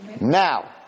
Now